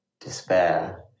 Despair